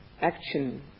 action